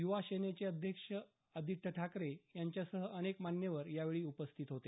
युवासेनेचे अध्यक्ष आदित्य ठाकरे यांच्यासह अनेक मान्यवर यावेळी उपस्थित होते